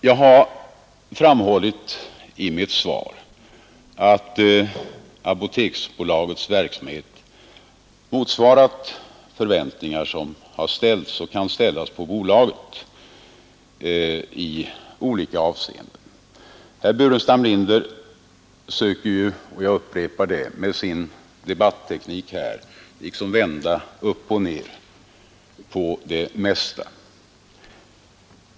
Jag har framhållit i mitt svar att Apoteksbolagets verksamhet motsvarat förväntningar som har ställts och kan ställas på bolaget i olika avseenden. Herr Burenstam Linder söker ju — jag upprepar det — med sin debatteknik vända upp och ned på det mesta.